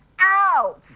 out